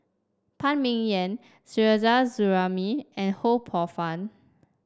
Phan Ming Yen Suzairhe Sumari and Ho Poh Fun